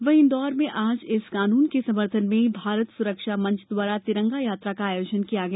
वहीं इन्दौर में आज इस कानून के समर्थन में भारत सुरक्षा मंच द्वारा तिरंगा यात्रा का आयोजन किया गया